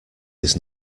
his